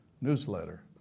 newsletter